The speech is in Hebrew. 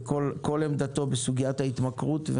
וכן את כל עמדתו בסוגיית ההתמכרות.